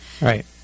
right